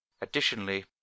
Additionally